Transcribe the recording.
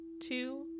two